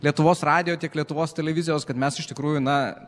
lietuvos radijo tiek lietuvos televizijos kad mes iš tikrųjų na